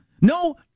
No